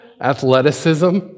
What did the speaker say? athleticism